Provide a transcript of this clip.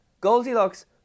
goldilocks